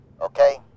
Okay